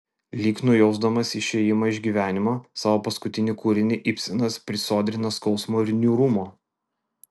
lyg nujausdamas išėjimą iš gyvenimo savo paskutinį kūrinį ibsenas prisodrina skausmo ir niūrumo